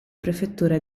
prefettura